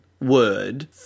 word